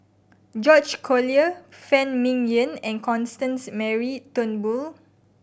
George Collyer Phan Ming Yen and Constance Mary Turnbull